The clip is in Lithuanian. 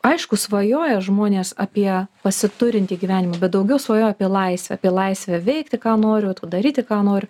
aišku svajoja žmonės apie pasiturintį gyvenimą bet daugiau svajoja apie laisvę apie laisvę veikti ką nori vat va daryti ką nori